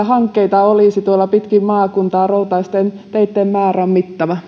hankkeita olisi tuolla pitkin maakuntaa routaisten teiden määrä on mittava